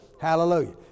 hallelujah